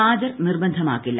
ഹാജർ നിർബന്ധമാക്കില്ല